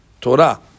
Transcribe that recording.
Torah